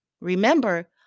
Remember